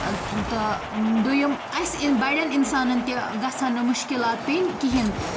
تہٕ دٔیُم اَسہِ یِن بَڑٮ۪ن اِنسانَن تہِ گژھَن نہٕ مُشکِلات پیٚنۍ کِہیٖنۍ